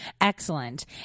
Excellent